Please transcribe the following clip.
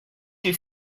you